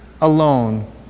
Alone